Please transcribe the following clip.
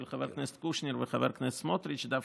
של חבר הכנסת קושניר וחבר הכנסת סמוטריץ' דווקא,